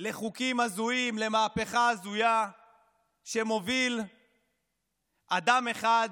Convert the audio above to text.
לחוקים הזויים, למהפכה הזויה שמוביל אדם אחד